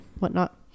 whatnot